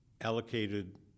allocated